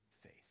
faith